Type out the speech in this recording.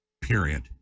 period